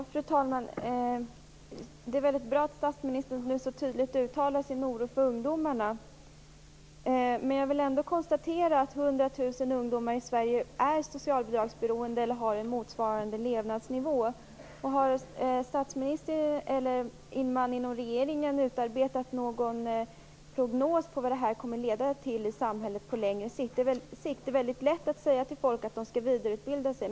Fru talman! Det är bra att statsministern nu så tydligt uttalar sin oro över ungdomarna. Men jag vill ändå konstatera att 100 000 ungdomar i Sverige är socialbidragsberoende eller har motsvarande levnadsnivå. Har man inom regeringen utarbetat någon prognos för vad detta kommer att leda till i samhället på längre sikt? Det är väldigt lätt att säga till människor att de skall vidareutbilda sig.